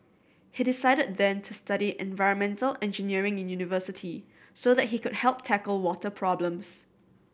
he decided then to study environmental engineering in university so that he could help tackle water problems